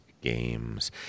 Games